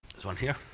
this one here